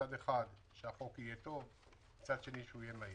מצד אחד שהחוק יהיה טוב ומצד שני שהוא יהיה מהיר.